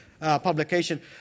publication